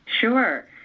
Sure